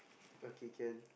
okay can